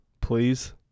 Please